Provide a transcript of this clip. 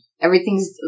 everything's